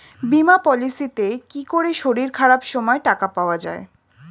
বীমা পলিসিতে কি করে শরীর খারাপ সময় টাকা পাওয়া যায়?